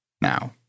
now